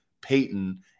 Peyton